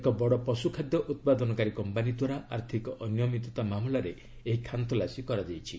ଏକ ବଡ଼ ପଶ୍ରୁ ଖାଦ୍ୟ ଉତ୍ପାଦନକାରୀ କମ୍ପାନୀ ଦ୍ୱାରା ଆର୍ଥିକ ଅନିୟମିତତା ମାମଲାରେ ଏହି ଖାନତଲାସି କରାଯାଇଛି